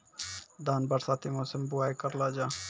धान बरसाती मौसम बुवाई करलो जा?